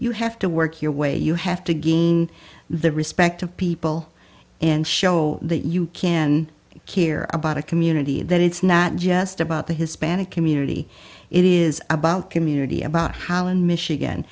you have to work your way you have to gain the respect of people and show that you can care about a community that it's not just about the hispanic community it is about community about how in michigan